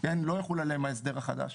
לא יחול עליהן ההסדר החדש.